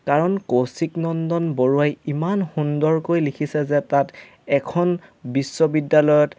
কাৰণ কৌশিক নন্দন বৰুৱাই ইমান সুন্দৰকৈ লিখিছে যে তাত এখন বিশ্ববিদ্যালয়ত